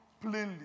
plainly